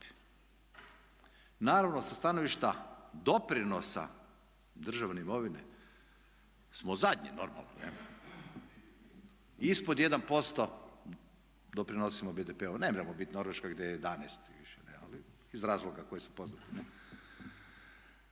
Naravno sa stanovišta doprinosa državne imovine smo zadnji normalno, ne. Ispod jedan posto doprinosimo BDP-u, nemremo bit Norveška gdje je 11 i više, ali iz razloga koji su poznati,